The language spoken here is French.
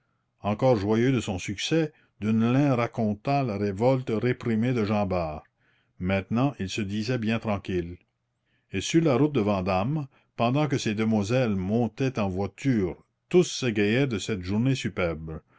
encore joyeux de son succès deneulin raconta la révolte réprimée de jean bart maintenant il se disait bien tranquille et sur la route de vandame pendant que ces demoiselles montaient en voiture tous s'égayaient de cette journée superbe